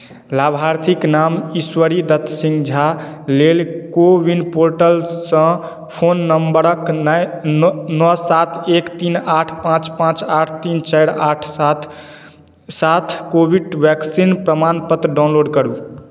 लाभार्थीके नाम ईश्वरीदत्त सिंह झा लेल को विन पोर्टलसँ फोन नंबरक नओ सात एक तीन आठ पाँच पाँच आठ तीन चारि आठ सात साथ कोविड वैक्सीन प्रमाणपत्र डाउनलोड करु